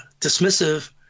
dismissive